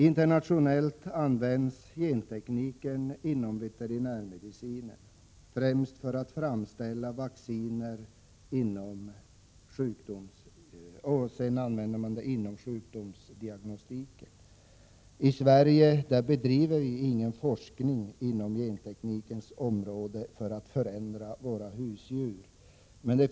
Internationellt används gentekniken inom veterinärmedicinen främst för att framställa vacciner och inom sjukdomsdiagnostiken. I Sverige bedrivs ingen forskning inom genteknikens område för att förändra våra husdjur.